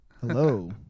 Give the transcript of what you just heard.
Hello